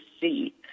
see